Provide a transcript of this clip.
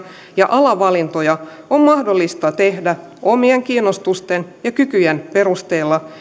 ja alavalintoja on mahdollista tehdä omien kiinnostusten ja kykyjen perusteella